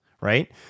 right